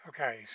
Okay